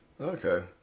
Okay